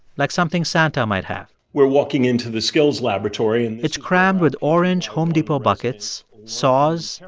like something santa might have we're walking into the skills laboratory and it's crammed with orange home depot buckets, saws,